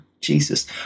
Jesus